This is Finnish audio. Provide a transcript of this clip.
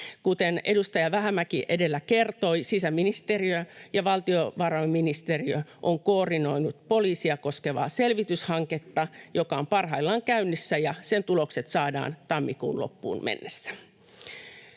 Kuten edustaja Vähämäki edellä kertoi, sisäministeriö ja valtiovarainministeriö ovat koordinoineet poliisia koskevaa selvityshanketta, joka on parhaillaan käynnissä, ja sen tulokset saadaan tammikuun loppuun mennessä.